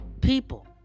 people